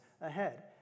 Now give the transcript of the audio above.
ahead